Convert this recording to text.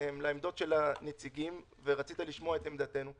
לעמדות של הנציגים ורצית לשמוע את עמדתנו.